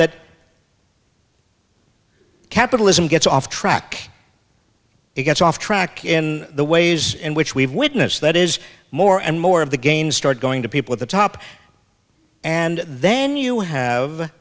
that capitalism gets off track it gets off track in the ways in which we've witnessed that is more and more of the gains start going to people at the top and then you have